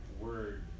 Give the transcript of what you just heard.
word